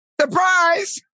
Surprise